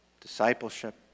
discipleship